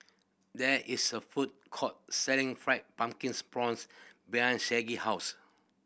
there is a food court selling fried pumpkins prawns behind Saige house